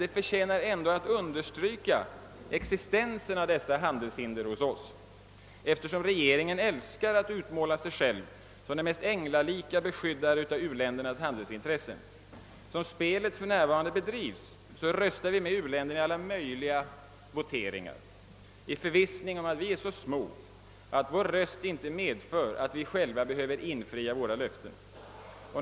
Men existensen av dessa handelshinder hos oss förtjänar ändå att understrykas, eftersom regeringen älskar att utmåla sig själv som den mest änglalika beskyddare av u-ländernas handelsintressen. Som spelet för närvarande bedrivs röstar vi med u-länderna vid alla möjliga voteringar i förvissning om .att vi är så små att vår röst inte medför att vi själva behöver infria våra löften.